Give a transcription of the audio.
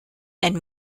and